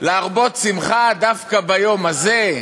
להרבות שמחה דווקא ביום הזה?